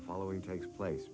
the following takes place